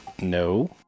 No